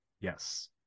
Yes